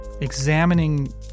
Examining